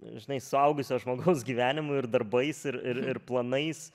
žinai suaugusio žmogaus gyvenimu ir darbais ir ir ir planais